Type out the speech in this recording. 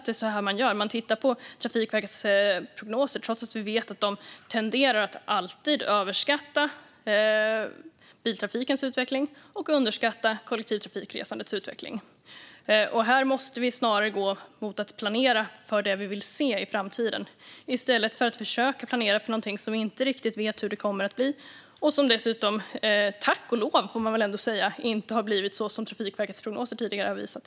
Det är så här man gör - man tittar på Trafikverkets prognoser, trots att vi vet att de tenderar att alltid överskatta biltrafikens utveckling och underskatta kollektivtrafikresandets utveckling. Vi måste snarare gå mot att planera för det vi vill se i framtiden, i stället för att försöka planera för någonting fast vi inte riktigt vet hur det kommer att bli - tack och lov har det inte blivit så som Trafikverkets tidigare prognoser visat.